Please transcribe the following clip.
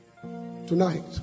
tonight